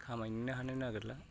खामायनोनो हानो नागिरला